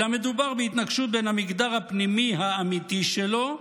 אלא מדובר בהתנגשות בין המגדר הפנימי, האמיתי שלו,